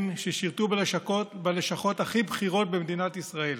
ששירתו בלשכות הכי בכירות במדינת ישראל,